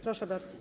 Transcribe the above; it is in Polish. Proszę bardzo.